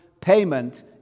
payment